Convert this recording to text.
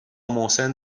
محسن